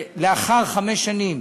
שלאחר חמש שנים